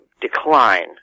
decline